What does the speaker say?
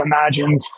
imagined